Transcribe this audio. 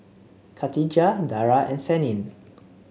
Katijah Dara and Senin